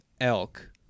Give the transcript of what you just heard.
elk